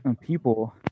people